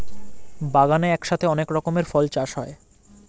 বাগানে একসাথে অনেক রকমের ফল চাষ হয়